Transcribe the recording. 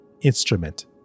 instrument